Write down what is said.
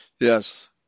Yes